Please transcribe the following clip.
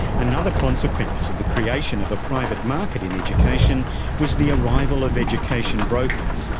another consequence of the creation of a private market in education was the arrival of education brokers,